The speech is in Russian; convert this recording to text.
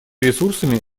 ресурсами